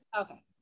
Okay